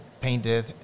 painted